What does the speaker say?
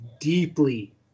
deeply